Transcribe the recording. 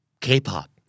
K-pop